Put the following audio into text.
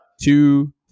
two